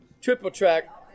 triple-track